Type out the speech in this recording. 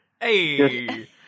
hey